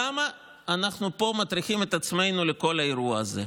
למה אנחנו מטריחים את עצמנו פה לכל האירוע הזה?